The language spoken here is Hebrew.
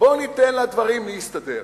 בוא ניתן לדברים להסתדר.